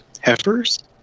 heifers